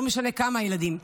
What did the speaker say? לא משנה כמה ילדים,